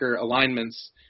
alignments